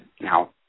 now